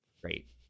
Great